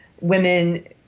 women